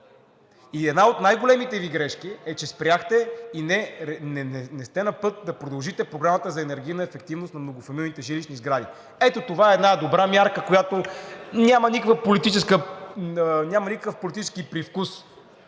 Една от най-големите Ви грешки е, че спряхте и не сте на път да продължите Програмата за енергийна ефективност на многофамилните жилищни сгради. Ето това е една добра мярка, която няма никакъв политически привкус,